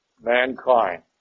mankind